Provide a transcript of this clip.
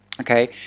okay